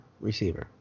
receiver